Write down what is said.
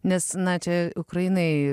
nes na čia ukrainai